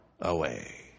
away